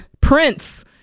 Prince